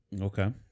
Okay